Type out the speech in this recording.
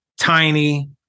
tiny